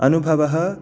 अनुभवः